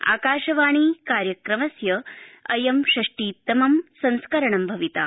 आकाशवाणी कार्यक्रमस्य अयं षष्टितमं संस्करणं भविता